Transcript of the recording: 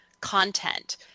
content